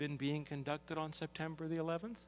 been being conducted on september the eleventh